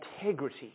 integrity